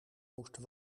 moesten